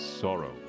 sorrow